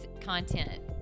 content